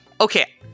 Okay